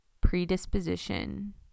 predisposition